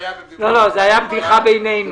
היה בדיחה בינינו.